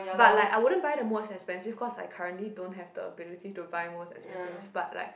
but like I wouldn't buy the most expensive cause I currently don't have the ability to buy most expensive but like